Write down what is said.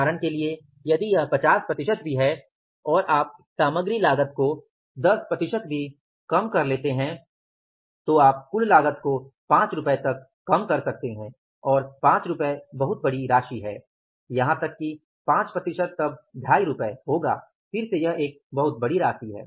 उदाहरण के लिए यदि यह 50 प्रतिशत भी है और आप सामग्री लागत को 10 प्रतिशत भी कम कर लेते हैं तो आप कुल लागत को 5 रुपये तक कम कर सकते हैं और 5 रुपये बहुत बड़ी राशि है यहां तक कि 5 प्रतिशत तब 25 रुपये फिर से यह एक बहुत बड़ी राशि है